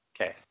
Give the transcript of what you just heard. Okay